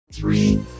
Three